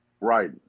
Right